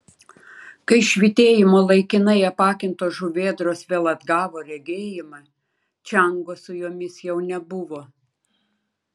kai švytėjimo laikinai apakintos žuvėdros vėl atgavo regėjimą čiango su jomis jau nebuvo